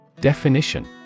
Definition